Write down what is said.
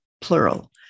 plural